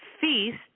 feast